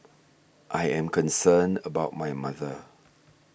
I am concerned about my mother